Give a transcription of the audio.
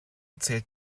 zählt